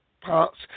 parts